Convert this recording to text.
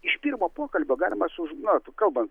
iš pirmo pokalbio galima sužinot kalbant